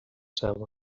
ceba